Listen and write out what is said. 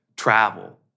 travel